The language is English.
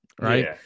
right